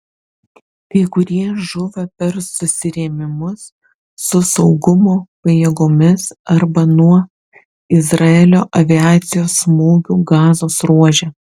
kai kurie žuvo per susirėmimus su saugumo pajėgomis arba nuo izraelio aviacijos smūgių gazos ruože